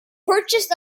purchased